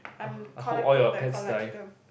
I'm collecting the collector